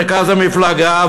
מרכז המפלגה,